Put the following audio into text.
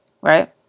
Right